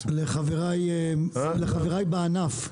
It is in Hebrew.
חבריי בענף.